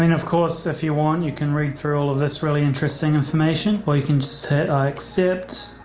and of course, if you want, you can read through all of this really interesting information or you can just accept.